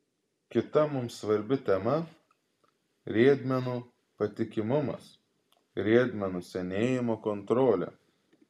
kita mums svarbi tema riedmenų patikimumas riedmenų senėjimo kontrolė